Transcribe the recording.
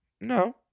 No